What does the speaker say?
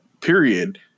period